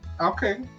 Okay